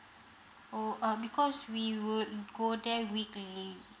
oh um because we would go there weekly